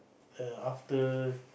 err after